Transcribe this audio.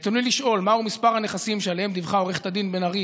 רצוני לשאול: 1. מהו מספר הנכסים שעליהם דיווחה עו"ד בן-ארי